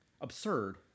absurd